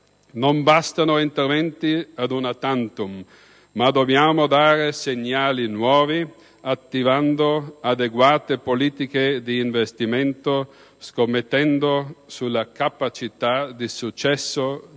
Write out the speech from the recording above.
Non bastano interventi *una tantum*, ma dobbiamo dare segnali nuovi, attivando adeguate politiche di investimento, scommettendo sulla capacità di successo dei